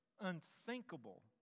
unthinkable